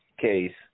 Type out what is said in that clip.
case